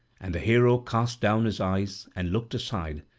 and the hero cast down his eyes and looked aside,